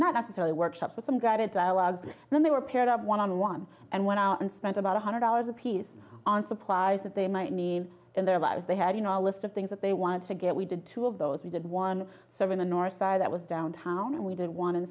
not necessarily workshops with them got a dialogue then they were paired up one on one and went out and spent about one hundred dollars apiece on supplies that they might need in their lives they had you know a list of things that they wanted to get we did two of those we did one serve in the north side that was downtown and we did one in